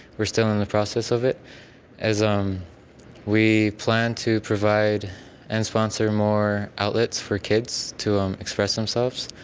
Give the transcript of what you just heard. we're still in the process of it is um we plan to provide and sponsor more outlets for kids to um express themselves.